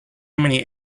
many